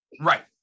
Right